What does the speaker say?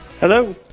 Hello